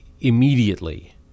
immediately